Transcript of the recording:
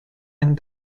and